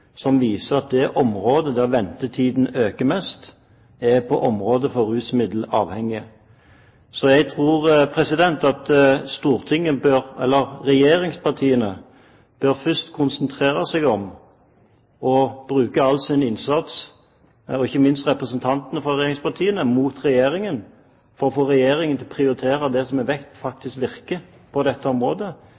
som viser at det området der ventetiden øker mest, er på området for rusmiddelavhengige. Jeg tror at regjeringspartiene først bør konsentrere seg om å bruke all sin innsats – ikke minst representantene fra regjeringspartiene – mot Regjeringen for å få Regjeringen til å prioritere det som vi vet faktisk virker på dette området